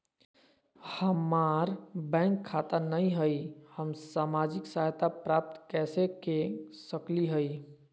हमार बैंक खाता नई हई, हम सामाजिक सहायता प्राप्त कैसे के सकली हई?